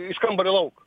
iš kambario lauk